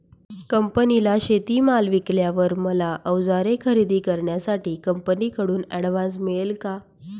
कंपनीला शेतीमाल विकल्यावर मला औजारे खरेदी करण्यासाठी कंपनीकडून ऍडव्हान्स मिळेल का?